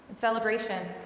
celebration